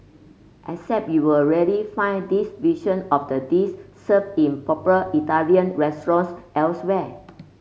except you'll rarely find this version of the dis served in proper Italian restaurants elsewhere